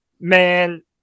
Man